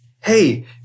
hey